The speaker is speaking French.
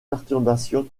perturbation